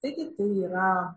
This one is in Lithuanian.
taigi tai yra